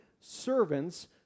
servants